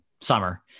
summer